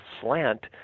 slant